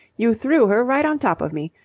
you threw her right on top of me.